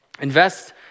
invest